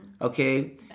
Okay